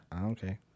Okay